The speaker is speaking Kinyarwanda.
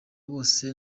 bose